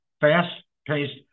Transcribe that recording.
fast-paced